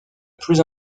plus